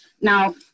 Now